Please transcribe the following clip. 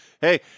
Hey